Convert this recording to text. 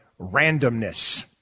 Randomness